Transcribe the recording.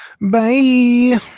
Bye